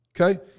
Okay